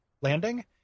landing